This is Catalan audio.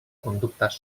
conductes